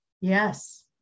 yes